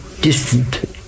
distant